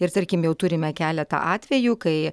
ir tarkim jau turime keletą atvejų kai